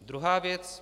Druhá věc.